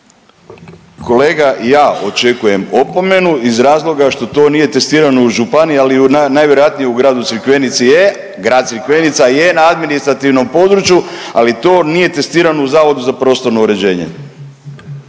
Kolega ja očekujem opomenu iz razloga što to nije testirano u županiji, ali najvjerojatnije u Gradu Crikvenici je. Grad Crikvenica je na administrativnom području, ali to nije testirano u Zavodu za prostorno uređenje.